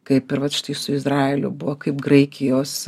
kaip ir vat štai su izraeliu buvo kaip graikijos